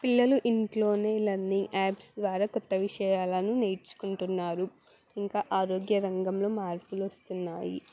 పిల్లలు ఇంట్లోనే learning apps ద్వారా కొత్త విషయాలను నేర్చుకుంటున్నారు ఇంకా ఆరోగ్య రంగంలో మార్పులు వస్తున్నాయి